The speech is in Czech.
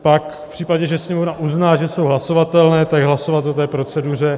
Pak v případě, že sněmovna uzná, že jsou hlasovatelné, tak hlasovat o té proceduře.